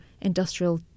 industrial